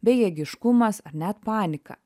bejėgiškumas ar net panika